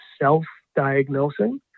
self-diagnosing